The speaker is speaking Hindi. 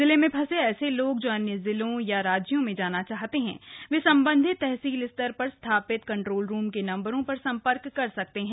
जिले में फंसे ऐसे लोग जो अन्य जिलों या राज्यों में जाना चाहते हैं वे संबंधित तहसील स्तर पर स्थापित कंट्रोल रूम के नम्बरों पर सम्पर्क कर सकते हैं